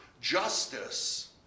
justice